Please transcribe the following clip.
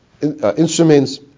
instruments